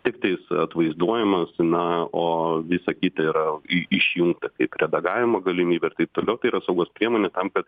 tiktais atvaizduojamas na o visa kita yra i išjungta kaip redagavimo galimybė ir taip toliau tai yra saugos priemonė tam kad